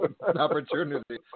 opportunity